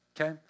Okay